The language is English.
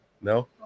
No